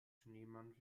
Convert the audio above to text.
schneemann